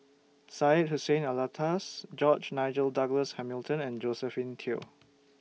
Syed Hussein Alatas George Nigel Douglas Hamilton and Josephine Teo